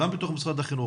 גם בתוך משרד החינוך,